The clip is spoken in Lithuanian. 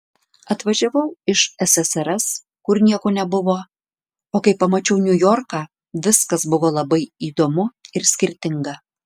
atvažiavau iš ssrs kur nieko nebuvo o kai pamačiau niujorką viskas buvo labai įdomu ir skirtinga